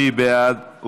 מי בעד?